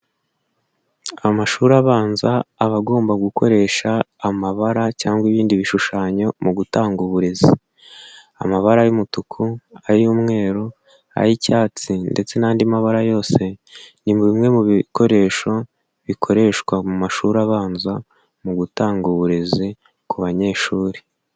Amashuri abanza aba agomba gukoresha amabara cyangwa ibindi bishushanyo mu gutanga uburezi, amabara y'umutuku, ay'umweru, ay'icyatsi ndetse n'andi mabara yose ni bimwe mu bikoresho bikoreshwa mu mashuri abanza mu gutanga uburezi ku banyeshuri.